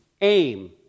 aim